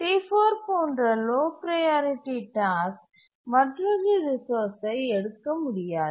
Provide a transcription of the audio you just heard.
T4 போன்ற low priority task மற்றொரு ரிசோர்ஸ்சை எடுக்க முடியாது